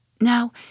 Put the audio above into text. Now